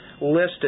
listed